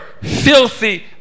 filthy